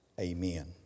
Amen